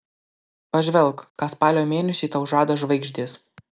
pažvelk ką spalio mėnesiui tau žada žvaigždės